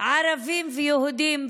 ערבים ויהודים,